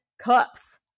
cups